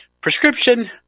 prescription